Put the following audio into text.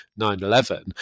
9-11